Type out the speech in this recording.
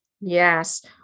Yes